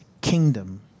kingdom